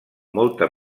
molta